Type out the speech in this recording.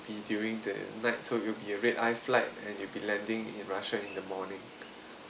be during that night so it will be a red eye flight and you'll be landing in russia in the morning